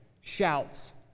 shouts